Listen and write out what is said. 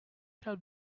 shall